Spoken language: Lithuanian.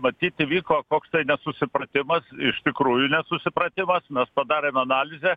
matyt įvyko koks nesusipratimas iš tikrųjų nesusipratimas mes padarėm analizę